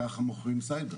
ככה מוכרים סייבר,